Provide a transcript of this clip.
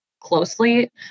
closely